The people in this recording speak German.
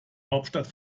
hauptstadt